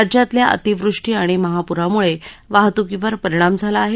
राज्यातल्या अतिवृष्टी आणि महापुरामुळे वाहतुकीवर परिणाम झाला आहे